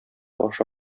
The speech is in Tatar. аша